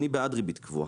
אני בעד ריבית קבועה.